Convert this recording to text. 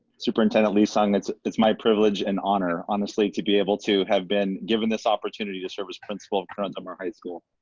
superintendent lee-sung, it's it's my privilege and honor honestly to be able to have been given this opportunity to serve as principal of corona del mar high school.